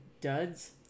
duds